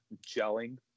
gelling